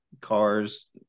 cars